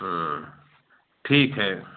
ठीक है